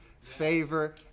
favor